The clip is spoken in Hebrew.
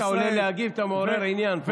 כל פעם שאתה עולה להגיב אתה מעורר עניין פה,